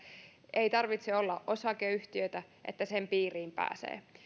ei tarvitse olla osakeyhtiötä että sen piiriin pääsee